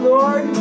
Lord